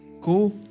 Go